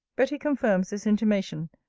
betty confirms this intimation,